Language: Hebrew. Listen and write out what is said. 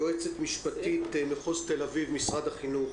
יועצת משפטית של מחוז תל אביב במשרד החינוך.